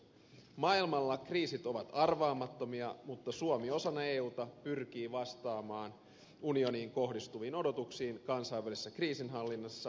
maailmalla kriisit ovat arvaamattomia mutta suomi osana euta pyrkii vastaamaan unioniin kohdistuviin odotuksiin kansainvälisessä kriisinhallinnassa